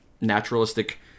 naturalistic